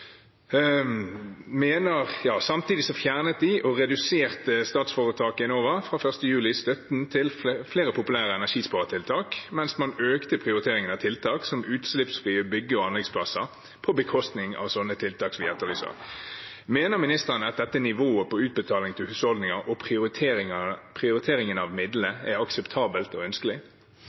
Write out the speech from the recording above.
og reduserte statsforetaket Enova fra 1. juli støtten til flere populære energisparetiltak, mens man økte prioriteringen av tiltak som utslippsfrie bygge- og anleggsplasser, på bekostning av sånne tiltak som vi etterlyser. Mener ministeren at dette nivået på utbetaling til husholdninger – og prioriteringen av midlene – er akseptabelt og ønskelig?